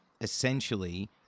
essentially